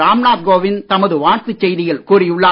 ராம் நாத் கோவிந்த் தமது வாழ்த்துச் செய்தியில் கூறியுள்ளார்